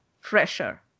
fresher